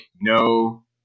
no